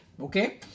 Okay